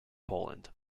poland